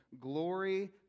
Glory